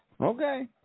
Okay